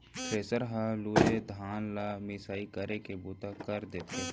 thresher हर लूए धान ल मिसाई करे के बूता कर देथे